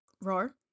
roar